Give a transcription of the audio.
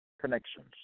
Connections